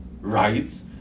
Right